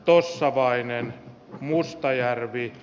esa paajanen mustajärvi